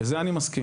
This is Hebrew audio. לזה אני מסכים.